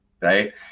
Right